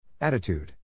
Attitude